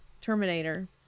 terminator